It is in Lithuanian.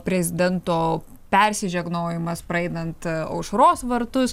prezidento persižegnojimas praeinant aušros vartus